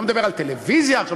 אני לא מדבר על טלוויזיה עכשיו,